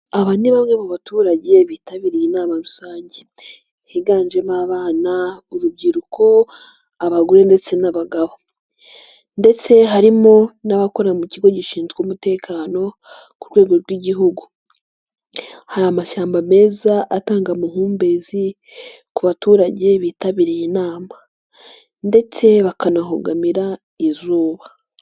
Aba ni bamwe mu baturage bitabiriye inama rusange. Higanjemo abana, urubyiruko, abagore ndetse n'abagabo ndetse harimo n'abakora mu kigo gishinzwe umutekano ku rwego rw'igihugu. Hari amashyamba meza atanga amahumbezi ku baturage bitabiriye inama ndetse bakanabogamira izuba.